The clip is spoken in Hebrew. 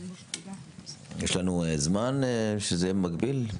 יש לנו זמן שזה יהיה מקביל,